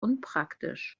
unpraktisch